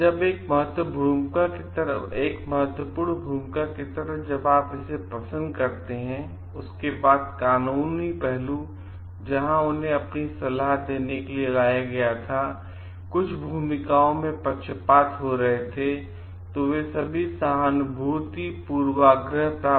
एक और महत्वपूर्ण भूमिका की तरह जब आप इसे पसंद करते हैं इसके बाद कानूनी पहलू जहां उन्हें अपनी सलाह देने के लिए लिया गया था जहां कुछ भूमिकाओं में पक्षपात हो रहे थे और वे सभी सहानुभूति पूर्वाग्रह प्राप्त कर सकते हैं